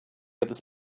others